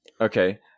Okay